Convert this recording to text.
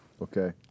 Okay